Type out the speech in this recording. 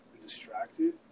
distracted